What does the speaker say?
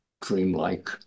dreamlike